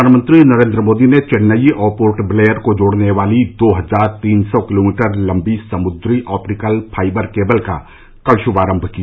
प्रधानमंत्री नरेन्द्र मोदी ने चेन्नई और पोर्ट ब्लेयर को जोड़ने वाली दो हजार तीन सौ किलोमीटर लंबी समुद्री ऑप्टिकल फाइबर केबल का कल शुभारंभ किया